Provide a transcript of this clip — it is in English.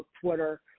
Twitter